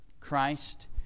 Christ